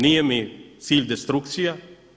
Nije mi cilj destrukcija.